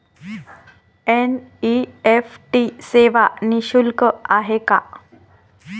NEFT सेवा निःशुल्क आहे का?